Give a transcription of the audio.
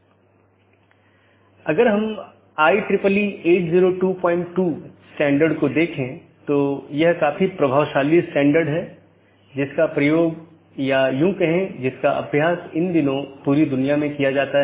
और जब यह विज्ञापन के लिए होता है तो यह अपडेट संदेश प्रारूप या अपडेट संदेश प्रोटोकॉल BGP में उपयोग किया जाता है हम उस पर आएँगे कि अपडेट क्या है